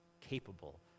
capable